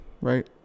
right